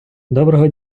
доброго